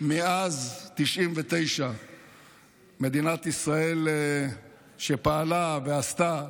מאז 1999. מדינת ישראל, שפעלה ועשתה,